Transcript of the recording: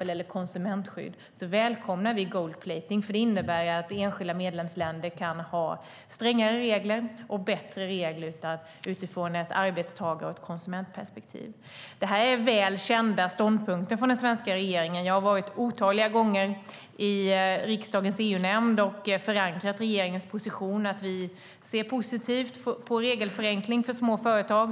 eller konsumentskydd välkomnar vi gold-plating, för det innebär att enskilda medlemsländer kan ha strängare regler och bättre regler utifrån ett arbetstagar och ett konsumentperspektiv. Det här är väl kända ståndpunkter från den svenska regeringen. Jag har varit otaliga gånger i riksdagens EU-nämnd och förankrat regeringens position. Vi ser positivt på regelförenkling för små företag.